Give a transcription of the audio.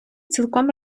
цілком